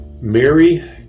Mary